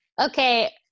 okay